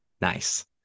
Nice